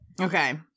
Okay